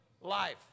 life